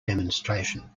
demonstration